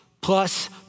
plus